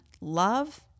love